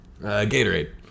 Gatorade